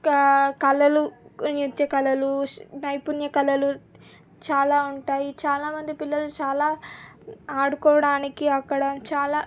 కా కళలు నృత్యకళలు నైపుణ్య కళలు చాలా ఉంటాయి చాలా మంది పిల్లలు చాలా ఆడుకోవడానికి అక్కడ చాలా